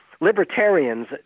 libertarians